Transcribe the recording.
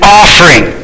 offering